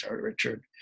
Richard